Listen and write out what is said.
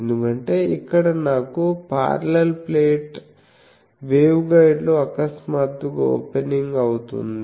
ఎందుకంటే ఇక్కడ నాకు పార్లల్ ప్లేట్ వేవ్గైడ్ లో అకస్మాత్తుగా ఓపెనింగ్ అవుతుంది